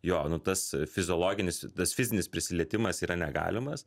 jo nu tas fiziologinis tas fizinis prisilietimas yra negalimas